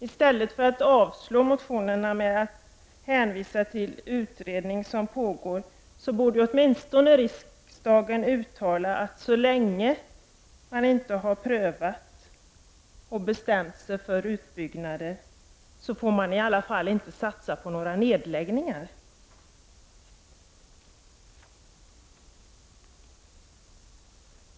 I stället för att avslå motionerna med att hänvisa till utredning som pågår, borde riksdagen åtminstone uttala att så länge man inte har prövat och bestämt sig för utbyggnader, får man i alla fall inte satsa på några nedläggningar.